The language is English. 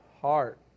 Heart